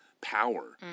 Power